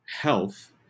health